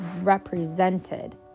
represented